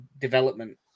development